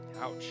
Ouch